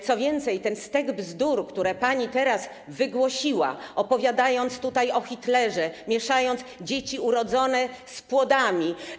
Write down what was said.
Co więcej, ten stek bzdur, które pani teraz wygłosiła, opowiadając tutaj o Hitlerze, mieszając dzieci urodzone z płodami.